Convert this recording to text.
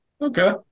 okay